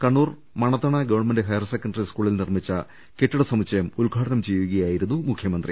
Kannur Manathana government higher secondary സ്കൂളിൽ നിർമ്മിച്ചു കെട്ടിട സമുച്ചയം ഉദ്ഘാടനം ചെയ്യുകയായിരുന്നു മുഖ്യമന്ത്രി